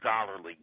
scholarly